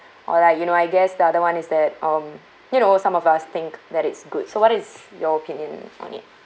or like you know I guess the other one is that um you know some of us think that it's good so what is your opinion on it